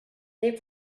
they